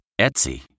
Etsy